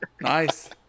Nice